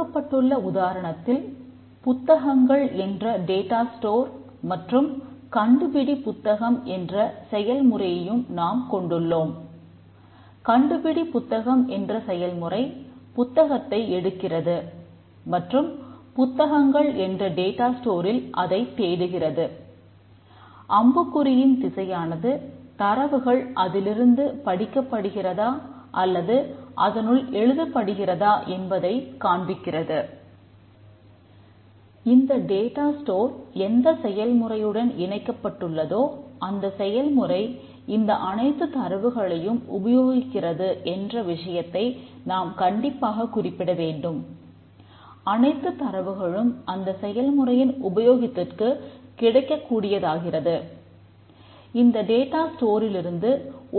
கொடுக்கப்பட்டுள்ள உதாரணத்தில் புத்தகங்கள் என்ற டேட்டா ஸ்டோர்